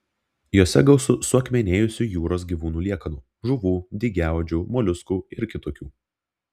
jose gausu suakmenėjusių jūros gyvūnų liekanų žuvų dygiaodžių moliuskų ir kitokių